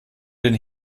den